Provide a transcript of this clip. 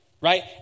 right